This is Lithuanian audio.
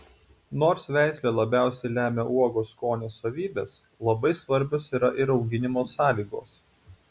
nors veislė labiausiai lemia uogos skonio savybes labai svarbios yra ir auginimo sąlygos